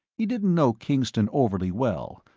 he didn't know kingston overly well,